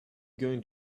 going